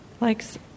Likes